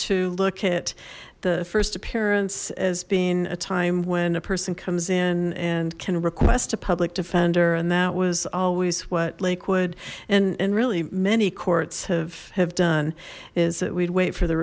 to look at the first appearance as being a time when a person comes in and can request a public defender and that was always what lakewood and and really many courts have have done is that we'd wait for the